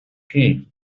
king